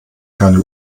keine